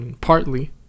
Partly